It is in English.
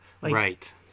Right